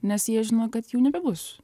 nes jie žino kad jų nebebus